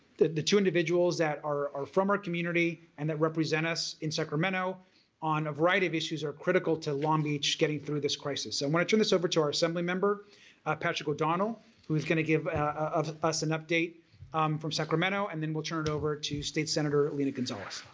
the two individuals that are from our community and that represent us in sacramento on a variety of issues are critical to long beach getting through this crisis so i want to turn this over to our assemblymember patrick o'donnell who is going to give us an update from sacramento and then we'll turn it over to state senator lena gonzalez.